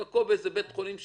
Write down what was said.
הוא תקוע בבית חולים בצפון,